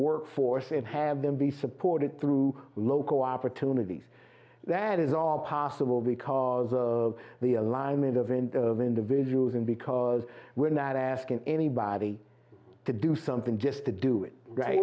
workforce and have them be supported through local opportunities that is all possible because of the alignment event of individuals and because we're not asking anybody to do something just to do it right